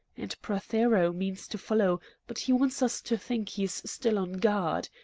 and prothero means to follow, but he wants us to think he's still on guard.